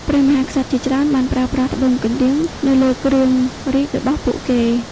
ព្រះមហាក្សត្រជាច្រើនបានប្រើប្រាស់ត្បូងកណ្ដៀងនៅលើគ្រឿងរាជរបស់ពួកគេ។